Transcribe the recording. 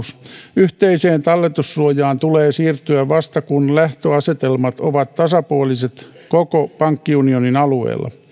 yhteiseen talletussuojaan tulee kuitenkin siirtyä vasta kun lähtöasetelmat ovat tasapuoliset koko pankkiunionin alueella